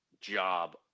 job